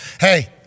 Hey